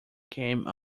came